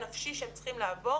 הנפשי שהם צריכים לעבור.